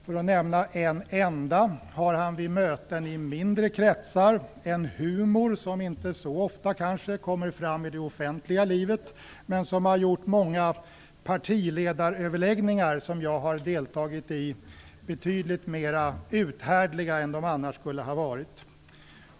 För att nämna en enda, har han vid möten i mindre kretsar en humor, som kanske inte så ofta kommer fram i det offentliga livet men som har gjort många partiledaröverläggningar, som jag har deltagit i, betydligt mera uthärdliga än de annars skulle ha varit.